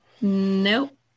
Nope